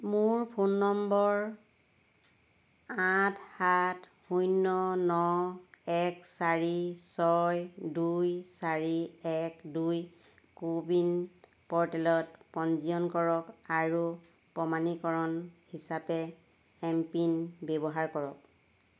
মোৰ ফোন নম্বৰ আঠ সাত শূন্য় ন এক চাৰি ছয় দুই চাৰি এক দুই কোৱিন প'ৰ্টেলত পঞ্জীয়ন কৰক আৰু প্ৰমাণীকৰণ হিচাপে এম পিন ব্যৱহাৰ কৰক